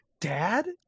dad